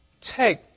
take